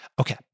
Okay